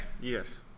Yes